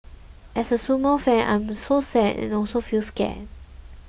as a sumo fan I am so sad and also feel scared